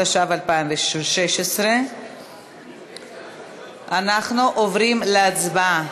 התשע"ו 2016. שוב,